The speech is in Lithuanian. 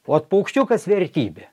vat paukščiukas vertybė